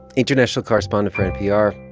international correspondent for npr.